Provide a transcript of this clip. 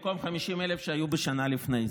במקום 50,000 שהיו בשנה שלפני כן.